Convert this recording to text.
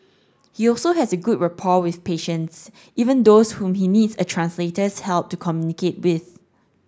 he also has a good rapport with patients even those whom he needs a translator's help to communicate with